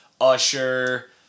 Usher